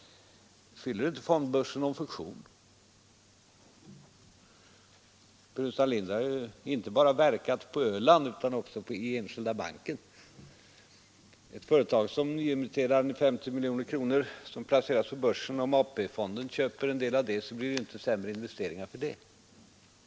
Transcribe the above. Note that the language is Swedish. Fyller inte fondbörsen någon funktion? Herr Burenstam Linder har ju verkat inte bara på Öland utan också i Enskilda banken. Låt oss säga att ett företag nyemitterar med 50 miljoner kronor, som placeras på börsen. Om AP-fonden köper en del av det, så blir det inte sämre investeringar för det.